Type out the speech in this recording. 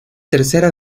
tercera